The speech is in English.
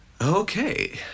Okay